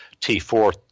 T4